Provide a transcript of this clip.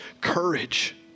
courage